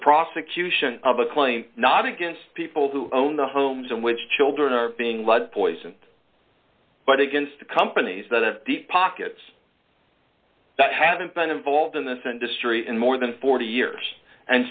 claim not against people who own the homes in which children are being lead poisoned but against the companies that have deep pockets that haven't been involved in this industry in more than forty years and